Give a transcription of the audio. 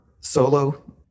solo